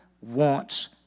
wants